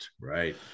Right